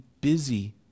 busy